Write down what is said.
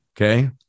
Okay